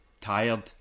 tired